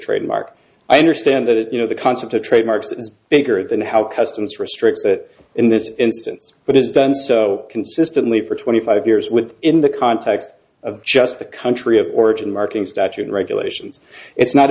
trademark i understand that it you know the concept of trademarks is bigger than how customs restricts it in this instance but it's done so consistently for twenty five years with in the context of just the country of origin marking statute regulations it's not